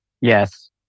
yes